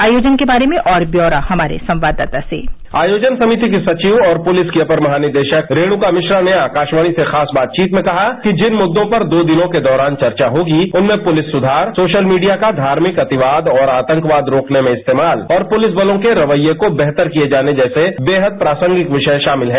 आयोजन के बारे में और ब्यौरा हमारे संवाददाता से आयोजन समिति की सचिव और पुलिस की अपर महानिदेशक रेणुका मिश्रा ने आकाशवाणी से खास बाचचीत में कहा कि जिन मुद्दों पर चर्चा होगी उनमें पुलिस सुधार सोशल मीडिया का धार्मिक अतिवाद और आंतकवाद रोकने में इस्तेमाल और पुलिस बलों के रवैये को बेहतर किए जाने जैसे बेहद प्रासंगिक विषय शामिल हैं